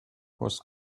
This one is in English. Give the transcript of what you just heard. was